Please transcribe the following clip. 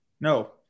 No